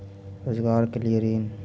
रोजगार के लिए ऋण?